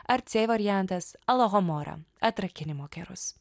ar c variantas alahomora atrakinimo kerus